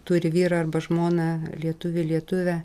turi vyrą arba žmoną lietuvį lietuvę